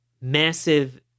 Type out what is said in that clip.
massive